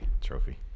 Trophy